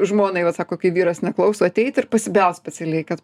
žmonai vat sako kai vyras neklauso ateit ir pasibelst specialiai kad